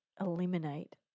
eliminate